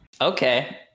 Okay